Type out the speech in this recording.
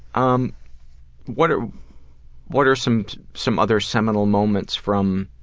um what are what are some some other seminal moments from